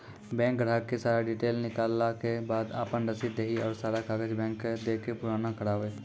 Bank ग्राहक के सारा डीटेल निकालैला के बाद आपन रसीद देहि और सारा कागज बैंक के दे के पुराना करावे?